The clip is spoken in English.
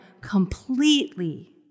completely